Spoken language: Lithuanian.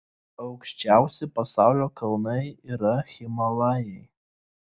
aukščiausi pasaulio kalnai yra himalajai